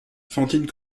fantine